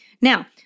Now